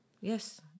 Yes